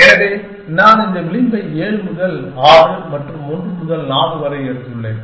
எனவே நான் இந்த விளிம்பை 7 முதல் 6 மற்றும் 1 முதல் 4 வரை எடுத்துள்ளேன்